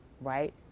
right